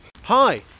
Hi